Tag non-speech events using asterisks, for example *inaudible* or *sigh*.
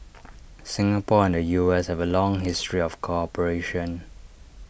*noise* Singapore and U S have A long history of cooperation